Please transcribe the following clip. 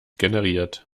generiert